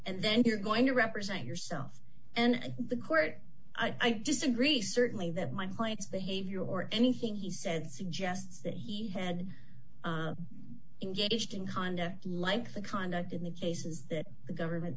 and then you're going to represent yourself and the court i disagree certainly that my client's behavior or anything he said suggests that he had engaged in conduct like the conduct in the cases that the government